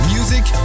Music